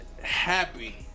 happy